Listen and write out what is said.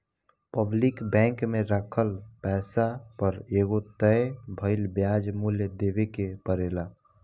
public bank में राखल पैसा पर एगो तय भइल ब्याज मूल्य देवे के परेला